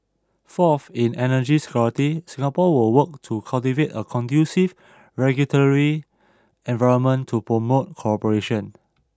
fourth in energy security Singapore will work to cultivate a conducive regulatory environment to promote cooperation